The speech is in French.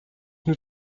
nous